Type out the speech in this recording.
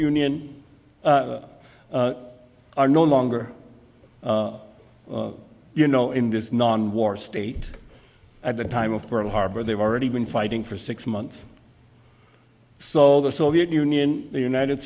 union are no longer you know in this non war state at the time of pearl harbor they've already been fighting for six months so the soviet union the united